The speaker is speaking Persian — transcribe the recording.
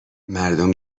مردم